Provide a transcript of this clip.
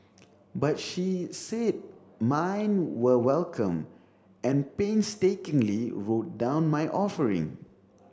but she said mine were welcome and painstakingly wrote down my offering